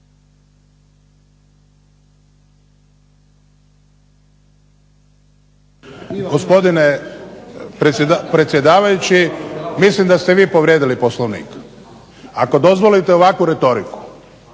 Gospodine predsjedavajući mislim da ste vi povrijedili Poslovnik. Ako dozvolite ovakvu retoriku,